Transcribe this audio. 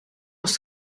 als